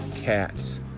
cats